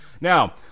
Now